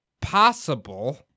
possible